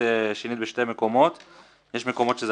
שינית בשני מקומות אולם יש מקומות שזה